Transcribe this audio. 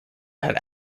have